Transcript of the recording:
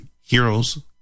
heroes